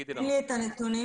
אין לי את הנתונים.